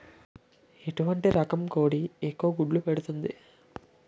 ఎటువంటి రకం కోడి ఎక్కువ గుడ్లు పెడుతోంది?